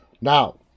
now